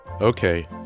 Okay